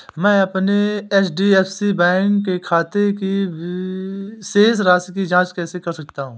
मैं अपने HDFC bank के खाते की शेष राशि की जाँच कैसे कर सकता हूँ?